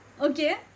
okay